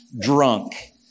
drunk